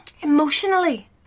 Emotionally